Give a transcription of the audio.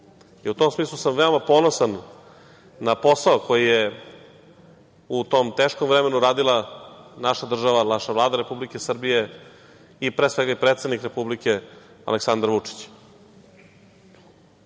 im.U tom smislu sam veoma ponosan na posao koji je u tom teškom vremenu radila naša država, naša Vlada Republike Srbije i pre svega predsednik Republike, Aleksandar